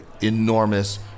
enormous